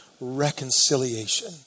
reconciliation